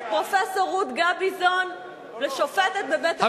למנות את פרופסור רות גביזון לשופטת בבית-המשפט העליון,